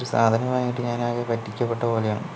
ഒരു സാധനം വാങ്ങിയിട്ട് ഞാനാകെ പറ്റിക്കപ്പെട്ട പോലെയാണ്